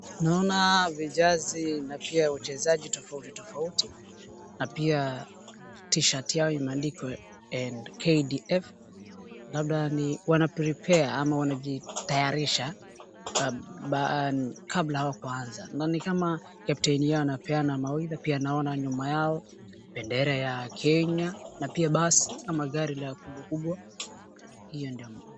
Naona vijazi na pia wachezaji tofauti tofauti na pia t-shirt yao imeandikwa KDF labda wana prepare ama wanajitayarisha kabla yao kuanza ni ni kama kapteni yao anapeana maidha pia naona nyuma yao bendera ya kenya na pia basi ama gari la kubwa kubwa hiyo ndiyo,,,